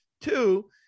Two